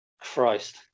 Christ